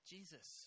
Jesus